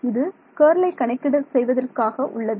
இது கர்லை கணக்கீடு செய்வதற்காக உள்ளது